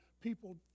people